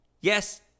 Yes